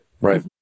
Right